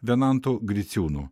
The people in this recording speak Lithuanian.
venantu griciūnu